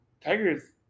Tigers